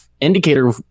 indicator